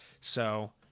So-